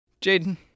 Jaden